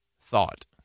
thought